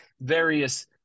various